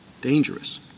dangerous